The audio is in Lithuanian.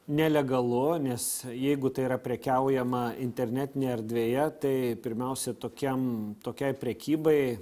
nelegalu nes jeigu tai yra prekiaujama internetinėje erdvėje tai pirmiausia tokiam tokiai prekybai